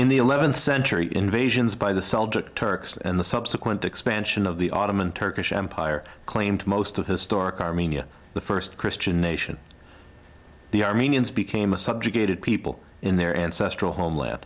and the th century invasions by the celtic turks and the subsequent expansion of the ottoman turkish empire claimed most of historic armenia the st christian nation the armenians became a subjugated people in their ancestral homeland